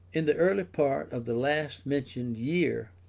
in the early part of the last-mentioned year,